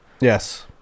Yes